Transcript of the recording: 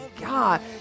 God